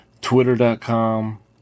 Twitter.com